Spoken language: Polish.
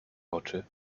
oczy